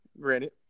granted